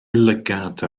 lygad